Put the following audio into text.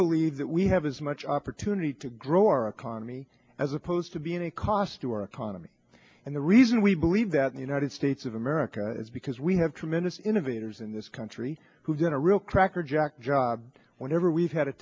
believe that we have as much opportunity to grow our economy as opposed to being a cost to our economy and the reason we believe that the united states of america is because we have tremendous innovators in this country who've been a real crackerjack job whenever we've had a